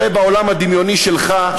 כי זה קורה בעולם הדמיוני שלך,